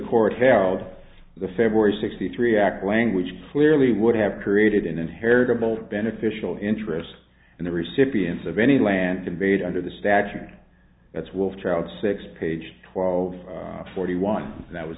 court held the february sixty three act language clearly would have created an inheritable beneficial interest in the recipients of any land conveyed under the statute that's wolf child six page twelve forty one that was